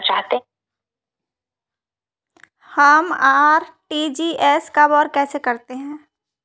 हम आर.टी.जी.एस कब और कैसे करते हैं?